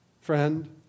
friend